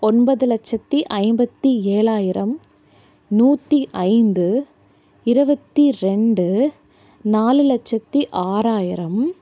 ஒன்பது லட்சத்து ஐம்பத்து ஏழாயிரம் நூற்றி ஐந்து இருபத்தி ரெண்டு நாலு லட்சத்து ஆறாயிரம்